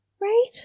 Right